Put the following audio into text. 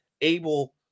able